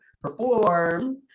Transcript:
perform